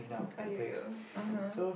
!aiyoyo! (uh huh)